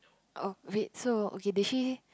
uh wait so okay did she